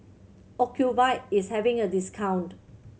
Ocuvite is having a discount